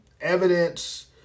evidence